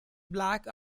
black